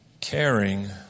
caring